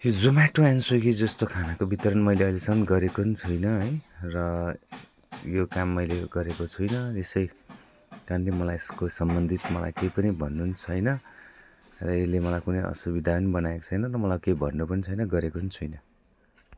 यो जोम्याटो एन्ड स्विगी जस्तो खानाको वितरण मैले अहिलेसम्म गरेको नि छुइनँ है र यो काम मैले गरेको छुइनँ यसैकारणले मलाई यसको सम्बन्धित मलाई केही पनि भन्नु नि छैन र यसले मलाई कुनै असुविधा नि बनाएको छैन मलाई केही भन्नु पनि छैन गरेको नि छुइनँ